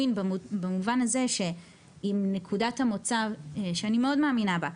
במובן הזה שבנקודת המצב שאני מאוד מאמינה בה,